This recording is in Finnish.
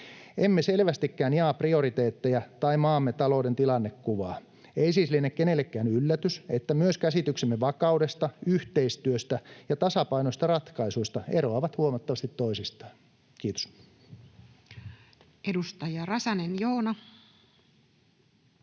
Emme selvästikään jaa prioriteetteja tai maamme talouden tilannekuvaa. Ei siis liene kenellekään yllätys, että myös käsityksemme vakaudesta, yhteistyöstä ja tasapainoisista ratkaisuista eroavat huomattavasti toisistaan. — Kiitos. Edustaja Räsänen, Joona.